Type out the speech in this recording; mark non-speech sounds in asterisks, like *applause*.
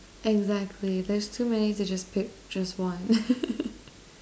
exactly there's too many to just pick just one *laughs*